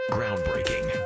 Groundbreaking